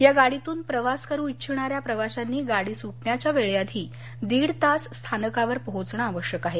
या गाडीतून प्रवास करु इच्छिणाऱ्या प्रवाशांनी गाडी सुटण्याच्या वेळेआधी दीड तास स्थानकावर पोहोचणं आवश्यक आहे